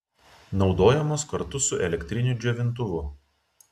naudojamos kartu su elektriniu džiovintuvu